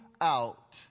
out